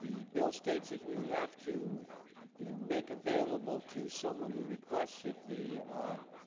the bill states that you have to you know make available to someone who requests that the